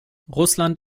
russland